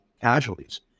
casualties